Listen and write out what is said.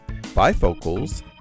Bifocals